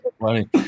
Funny